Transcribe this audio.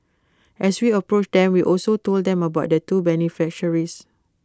as we approached them we also told them about the two beneficiaries